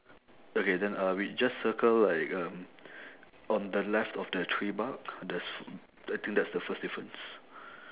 okay then uh we just circle like um on the left of that tree bark there's I think that's the first difference